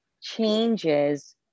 changes